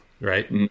right